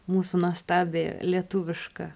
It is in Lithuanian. mūsų nuostabiąją lietuvišką